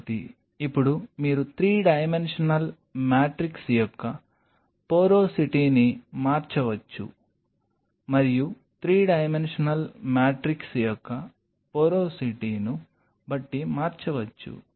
కాబట్టి ఇప్పుడు మీరు 3 డైమెన్షనల్ మ్యాట్రిక్స్ యొక్క పోరోసిటీను మార్చవచ్చు మరియు 3 డైమెన్షనల్ మ్యాట్రిక్స్ యొక్క పోరోసిటీను బట్టి మారవచ్చు